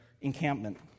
encampment